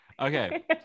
Okay